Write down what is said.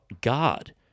God